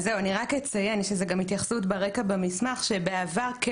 זו גם התייחסות במסמך רקע שבעבר כן